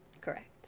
correct